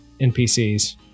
npcs